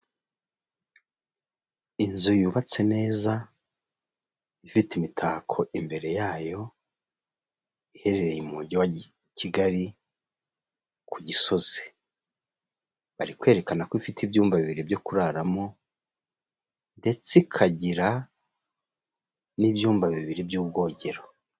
Inzu yubatse neza ifite imitako imbere yayo iherereye mu mujyi wa Kigali ku gisozi, bari kwerekana ko ifite ibyumba bibiri byo kuraramo ndetse ikagira n'ibyumba bibiri by'ubwogero.